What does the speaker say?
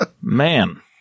Man